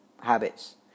habits